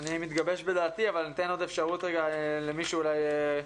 אני מתגבש בדעתי אבל ניתן עוד אפשרות למישהו להתייחס.